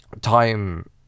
Time